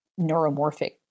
neuromorphic